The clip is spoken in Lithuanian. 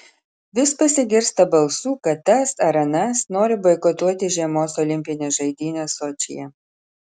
vis pasigirsta balsų kad tas ar anas nori boikotuoti žiemos olimpines žaidynes sočyje